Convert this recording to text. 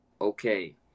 okay